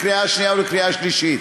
לקריאה שנייה ולקריאה שלישית.